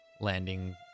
landing